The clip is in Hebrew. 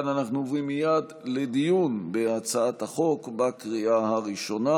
אנחנו עוברים מייד לדיון בהצעת חוק לקריאה הראשונה.